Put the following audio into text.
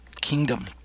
kingdom